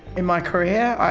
in my career?